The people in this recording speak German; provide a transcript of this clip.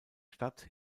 stadt